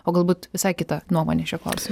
o galbūt visai kita nuomonė šiuo klausimu